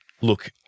look-